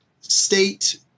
state